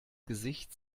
gesicht